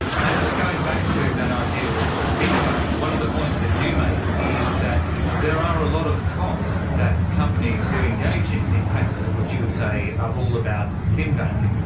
and now just going back to that idea of of thin value, one of the points that you make is that there are a lot of costs that companies who engage in in practices which you would say are all about thin value,